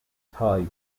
thigh